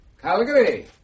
Calgary